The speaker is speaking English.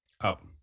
up